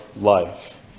life